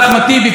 אחמד טיבי,